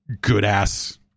good-ass